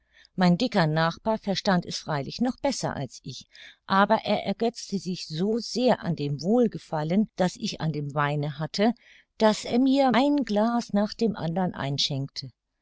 mein dicker nachbar verstand es freilich noch besser als ich aber er ergötzte sich so sehr an dem wohlgefallen das ich an dem weine hatte daß er mir ein glas nach dem andern einschenkte